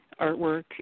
artwork